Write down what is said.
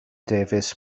davies